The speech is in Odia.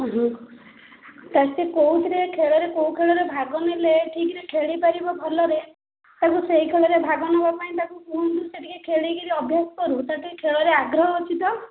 ଉଁ ହୁଁ ସାର୍ ସେ କେଉଁଥିରେ ଖେଳରେ କେଉଁ ଖେଳରେ ଭାଗ ନେଲେ ଠିକ୍ ରେ ଖେଳିପାରିବ ଭଲରେ ତାକୁ ସେହି ଖେଳରେ ଭାଗ ନେବା ପାଇଁ ତାକୁ କୁହନ୍ତୁ ସେ ଟିକିଏ ଖେଳିକି ଅଭ୍ୟାସ କରୁ ତା ର ଟିକିଏ ଖେଳରେ ଆଗ୍ରହ ଅଛି ତ